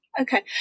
Okay